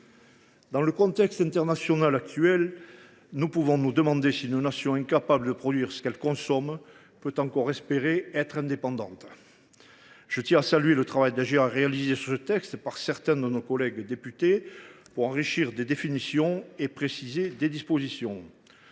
Dans le contexte international actuel, nous devons nous demander si une nation incapable de produire ce qu’elle consomme peut encore espérer rester indépendante. Je tiens à saluer le travail réalisé sur ce texte par plusieurs de nos collègues députés pour enrichir certaines définitions et préciser des dispositions.